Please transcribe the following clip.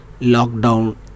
lockdown